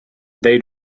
they